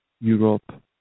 Europe